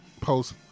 post